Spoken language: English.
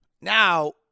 now